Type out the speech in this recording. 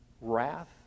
wrath